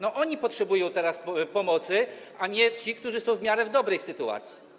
To oni potrzebują teraz pomocy, a nie ci, którzy są w miarę dobrej sytuacji.